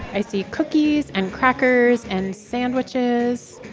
i see cookies and crackers and sandwiches.